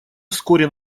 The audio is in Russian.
вскоре